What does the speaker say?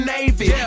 Navy